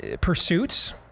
pursuits